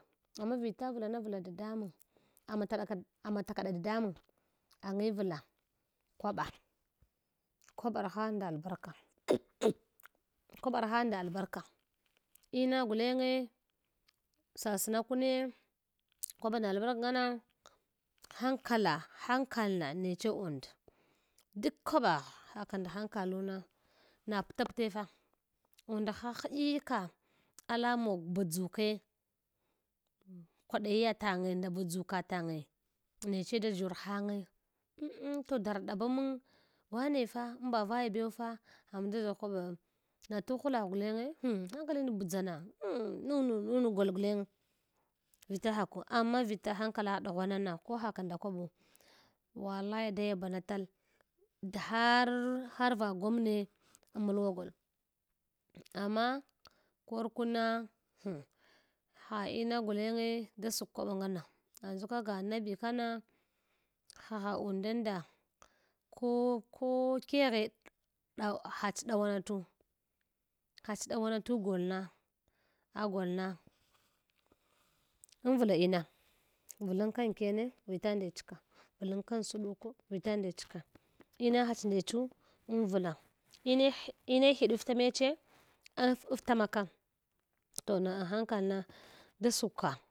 Amma vila vlanavla dadamang ama taɗakad amma takaɗa dadamang angivla kwaɓa kwaɓarha nda alarka kwabarha nda albarka ina gulenge sasna kune kwaba nda albarka ngama hankala hankalna neche und ak kwaɓagh haka nda hankalina na pla ple fa undaha hɗqike ala mog badʒuke kwadiya tange nda badzuka tange neche da ʒshor hange an ang to dara ɗabamang wane fa maba vay bew fa hamang da dʒor kwaba van na tuhlagh gulenge hm hmkudin bɗʒa na nunu nun goi gulenge vita hakwa amma vita hamkalagh ɗughwana na ko haka nda kwaɓu wallai da yabana tal da har harva gwamne amalwa gol amma kor kun na hm ha ina gulenge da sakw kwaɓa ngana yanzu kaga anabi kana haha undanda ko ko keghe ɗauhack dawanatu hack ɗawanatu golna agolna anvla ina vlanka kyene vita ndechka vlanka sɗoko vita nech ka ina hack ndechwo anvla inech ine hiɗizta meche anf aftamaka toh na anhanakalna da sakw ka.